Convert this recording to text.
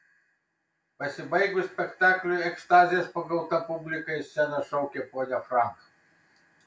pasibaigus spektakliui ekstazės pagauta publika į sceną šaukė ponią frank